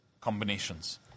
combinations